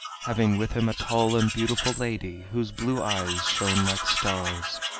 having with him a tall and beautiful lady, whose blue eyes shone like stars.